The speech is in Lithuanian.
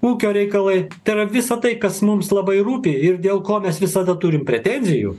ūkio reikalai tai yra visa tai kas mums labai rūpi ir dėl ko mes visada turim pretenzijų